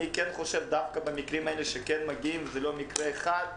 אני חושב שדווקא במקרים האלה שכן מגיעים לידיעתנו וזה לא מקרה אחד,